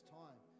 time